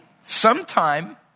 sometime